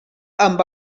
amb